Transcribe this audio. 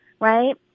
right